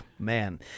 man